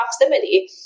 proximity